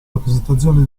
rappresentazioni